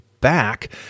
back